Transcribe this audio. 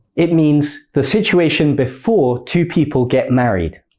it means the situation before two people get married.